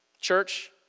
church